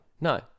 no